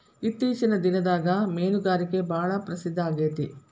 ಇತ್ತೇಚಿನ ದಿನದಾಗ ಮೇನುಗಾರಿಕೆ ಭಾಳ ಪ್ರಸಿದ್ದ ಆಗೇತಿ